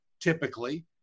typically